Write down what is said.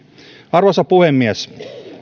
arvoisa puhemies